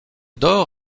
d’or